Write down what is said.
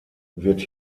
wird